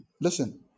Listen